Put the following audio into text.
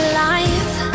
life